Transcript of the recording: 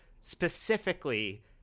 specifically